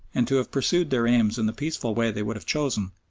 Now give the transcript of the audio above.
and to have pursued their aims in the peaceful way they would have chosen,